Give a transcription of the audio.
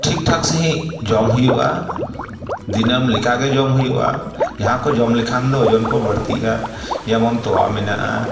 ᱴᱷᱤᱠᱼᱴᱷᱟᱠ ᱥᱟᱺᱦᱤᱡ ᱡᱚᱢ ᱦᱩᱭᱩᱜᱼᱟ ᱫᱤᱱᱟᱹᱢ ᱞᱮᱠᱟᱜᱮ ᱡᱚᱢ ᱦᱩᱭᱩᱜᱼᱟ ᱡᱟᱦᱟᱸ ᱠᱚ ᱡᱚᱢ ᱞᱮᱠᱷᱟᱱ ᱫᱚ ᱳᱡᱚᱱ ᱠᱚ ᱵᱟᱹᱲᱛᱤᱜᱼᱟ ᱡᱮᱢᱚᱱ ᱛᱚᱣᱟ ᱢᱮᱱᱟᱜᱼᱟ